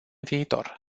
viitor